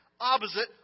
opposite